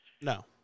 No